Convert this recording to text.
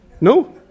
No